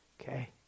Okay